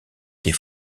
des